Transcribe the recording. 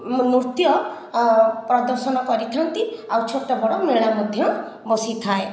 ନୃତ୍ୟ ପ୍ରଦର୍ଶନ କରିଥାନ୍ତି ଆଉ ଛୋଟ ବଡ଼ ମେଳା ମଧ୍ୟ ବସିଥାଏ